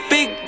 Big